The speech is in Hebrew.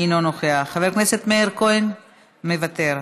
אינו נוכח, חבר הכנסת מאיר כהן, מוותר.